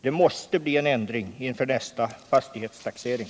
Det måste bli en ändring inför nästa fastighetstaxering.